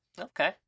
okay